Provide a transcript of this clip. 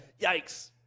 Yikes